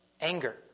Anger